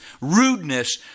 rudeness